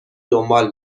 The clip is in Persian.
دنبال